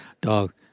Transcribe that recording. dog